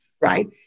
right